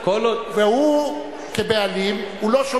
והוא,